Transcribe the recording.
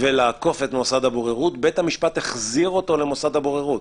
ולעקוף את מוסד הבוררות בית המשפט החזיר אותו למוסד הבוררות